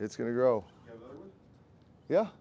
it's going to grow yeah